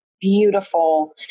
beautiful